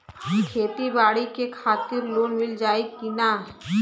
खेती बाडी के खातिर लोन मिल जाई किना?